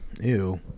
Ew